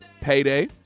Payday